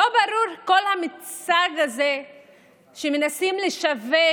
לא ברור כל המיצג הזה שמנסים לשווק